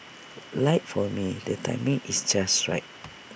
like for me the timing is just right